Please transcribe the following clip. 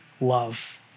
love